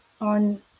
on